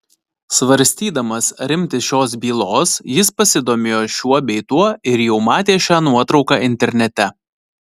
svarstydamas ar imtis šios bylos jis pasidomėjo šiuo bei tuo ir jau matė šią nuotrauką internete